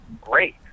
great